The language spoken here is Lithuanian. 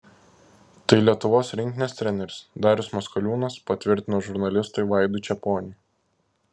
tai lietuvos rinktinės treneris darius maskoliūnas patvirtino žurnalistui vaidui čeponiui